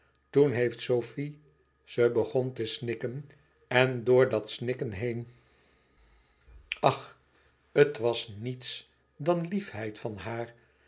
toen heeft sofie ze begon te snikken en door dat snikken heen ch het was niets dan liefheid van haar